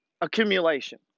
accumulation